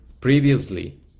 previously